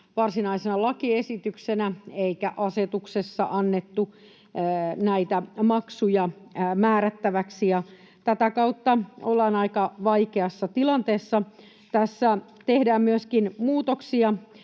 varsinaisena lakiesityksenä, eikä asetuksella annettu näitä maksuja määrättäväksi, ja tätä kautta ollaan aika vaikeassa tilanteessa. Tässä tehdään myöskin muutoksia